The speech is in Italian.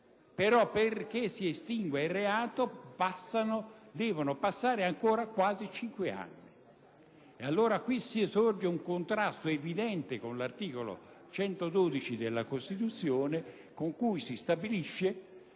perché si estingua il reato devono passare ancora quasi cinque anni. Qui sorge un contrasto evidente con l'articolo 112 della Costituzione, con cui si stabilisce